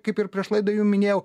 kaip ir prieš laidą jum minėjau